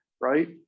right